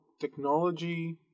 technology